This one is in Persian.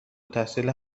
تحصیل